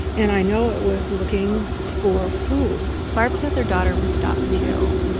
and i know it was looking for food barb says her daughter was stalked, too,